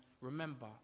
Remember